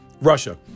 Russia